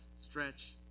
stretch